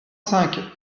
cinq